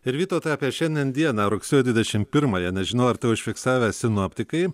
ir vytautui apie šiandien dieną rugsėjo dvidešim pirmąją nežinau ar tai užfiksavę sinoptikai